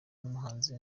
n’umuhanzi